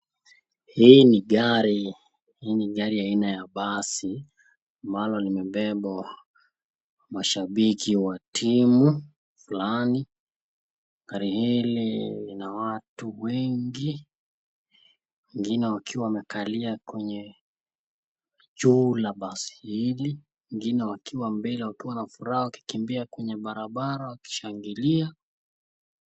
Hii ni gari. hii nigari aina ya basi maana limebeba mashabiki wa timu fulani. Gari hili lina watu wengi ngine wakiwa wamekalia kwenye juu la basi hili ngine wakiwa mbele wakiwa na furaha wakikimbia kwenye barabara wakishangilia.